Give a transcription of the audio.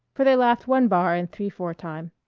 for they laughed one bar in three-four time.